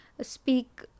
speak